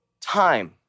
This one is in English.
time